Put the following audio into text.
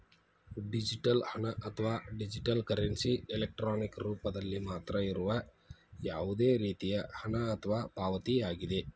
digital ಹಣ, ಅಥವಾ digital currency, electronic ರೂಪದಲ್ಲಿ ಮಾತ್ರ ಇರುವ ಯಾವುದೇ ರೇತಿಯ ಹಣ ಅಥವಾ ಪಾವತಿಯಾಗಿದೆ